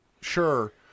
sure